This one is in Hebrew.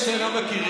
יש שלא מכירים,